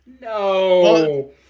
No